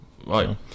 Right